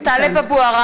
(קוראת בשמות חברי הכנסת) טלב אבו עראר,